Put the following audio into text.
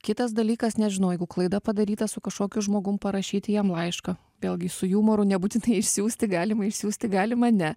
kitas dalykas nežinau jeigu klaida padaryta su kažkokiu žmogum parašyti jam laišką vėlgi su jumoru nebūtinai išsiųsti galima išsiųsti galima ne